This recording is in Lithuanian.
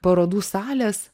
parodų salės